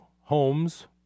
homes